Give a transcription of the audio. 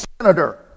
Senator